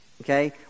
Okay